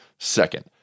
Second